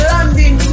London